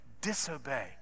disobey